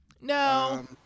No